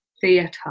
theatre